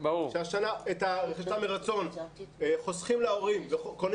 שהשנה את הרכישה מרצון חוסכים להורים וקונים